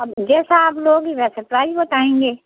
अब जैसा आप लोगी वैसा प्राईज़ बताएँगे